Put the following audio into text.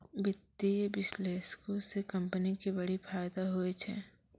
वित्तीय विश्लेषको से कंपनी के बड़ी फायदा होय छै